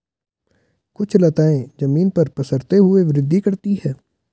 कुछ लताएं जमीन पर पसरते हुए वृद्धि करती हैं